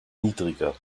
niedriger